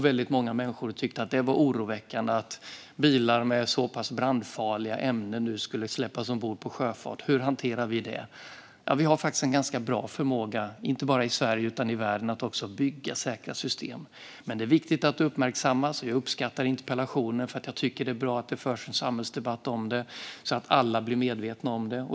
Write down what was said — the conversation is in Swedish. Väldigt många människor tyckte att det var oroväckande att bilar med så pass brandfarliga ämnen skulle släppas ombord på fartyg - hur skulle detta hanteras? Vi har faktiskt en ganska bra förmåga - inte bara i Sverige utan också i världen - att bygga säkra system. Men det är viktigt att detta uppmärksammas, och jag uppskattar interpellationen. Jag tycker att det är bra att det förs en samhällsdebatt om det här, så att alla blir medvetna om det.